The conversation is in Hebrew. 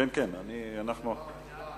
ההצעה